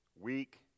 weak